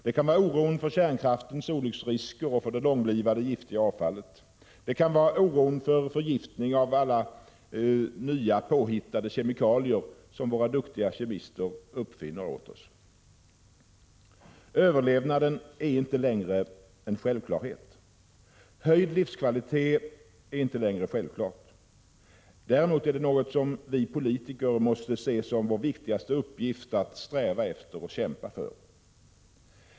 Det kan vara oron för kärnkraftens olycksrisker och för det långlivade giftiga avfallet. Det kan vara oron för förgiftning genom alla nya kemikalier som våra duktiga kemister finner upp åt oss. Överlevnaden är inte längre självklar. Höjd livskvalitet är inte längre självklart. Däremot är det något som vi politiker måste se som vår viktigaste uppgift att sträva efter och kämpa för.